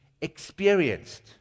experienced